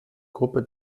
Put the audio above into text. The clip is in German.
gruppe